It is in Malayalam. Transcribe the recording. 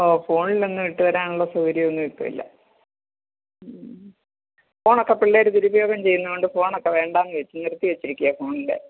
ഓ ഫോണിലൊന്നും ഇട്ട് തരാനുള്ള സൗകര്യം ഒന്നും ഇപ്പോൾ ഇല്ല ഫോൺ ഒക്കെ പിള്ളേർ ദുരുപയോഗം ചെയ്യുന്നതുകൊണ്ട് ഫോൺ ഒക്കെ വേണ്ട എന്ന് വെച്ചു നിർത്തി വെച്ചിരിക്കുവാണ് ഫോണിൻ്റെ